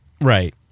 Right